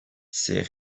ces